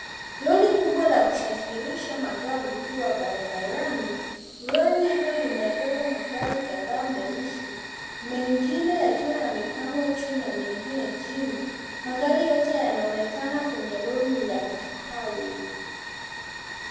Lori kubwa la kusafirisha magari likiwa barabarani. Lori hilo limebeba magari kadhaa meusi; mengine yakiwa yamepangwa juu na mengine chini. Magari yote yanaonekana kwenye lori ni ya kifahari.